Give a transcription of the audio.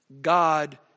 God